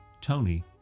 Tony